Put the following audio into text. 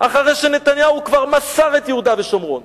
אחרי שנתניהו כבר מסר את יהודה ושומרון,